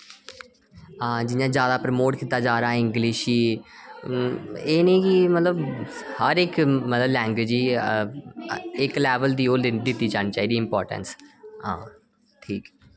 हां जि'यां ज्यादा प्रमोट कीत्ता जा रा इंग्लिश ही एह् निं कि मतलब हर इक मतलब लैंग्वेज ही इक लैवल दी ओ दित्ती जानी चाहिदी इम्पोर्टेंस हां ठीक